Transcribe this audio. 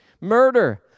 murder